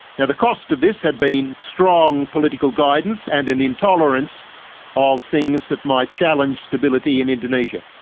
now, the cost of this had been strong political guidance and an intolerance of things that might challenge stability in indonesia.